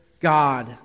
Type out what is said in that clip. God